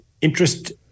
interest